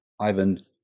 Ivan